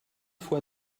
fois